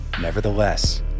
Nevertheless